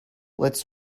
let’s